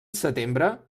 setembre